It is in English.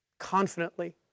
confidently